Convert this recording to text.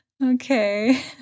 Okay